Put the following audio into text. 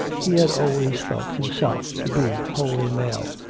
he had always felt himself to be wholly male,